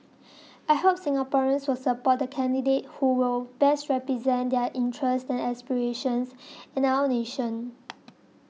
I hope Singaporeans will support the candidate who will best represent their interests and aspirations and our nation